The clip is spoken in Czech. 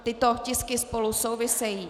Tyto tisky spolu souvisejí.